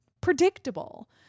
predictable